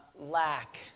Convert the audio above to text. lack